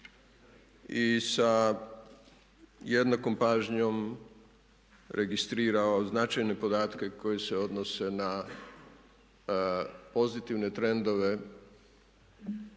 i sa jednakom pažnjom registrirao značajne podatke koji se odnose na pozitivne trendove